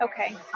Okay